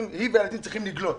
היא והילדים צריכים לגלות.